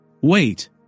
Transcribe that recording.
Wait